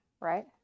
right